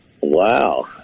wow